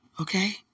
Okay